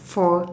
for